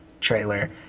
trailer